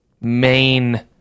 main